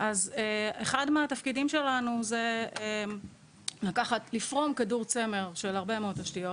אחד מהתפקידים שלנו זה לפרום כדור צמר של הרבה מאוד תשתיות,